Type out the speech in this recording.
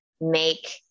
make